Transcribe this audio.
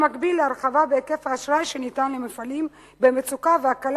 במקביל להרחבה בהיקף האשראי שניתן למפעלים במצוקה והקלה